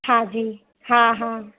हा जी हा हा